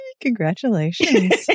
Congratulations